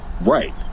Right